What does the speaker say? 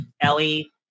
Ellie